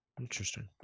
Interesting